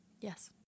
Yes